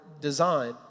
design